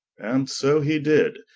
and so he did,